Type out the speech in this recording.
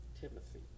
Timothy